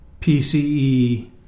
pce